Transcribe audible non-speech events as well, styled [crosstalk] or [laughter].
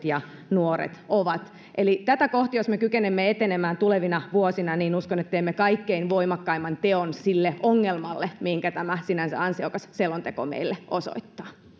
[unintelligible] ja nuoret ovat eli tätä kohti jos me kykenemme etenemään tulevina vuosina niin uskon että teemme kaikkein voimakkaimman teon sille ongelmalle minkä tämä sinänsä ansiokas selonteko meille osoittaa